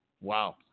Wow